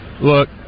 Look